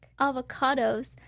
avocados